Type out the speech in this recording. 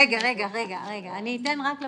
רגע, אני אתן רק לו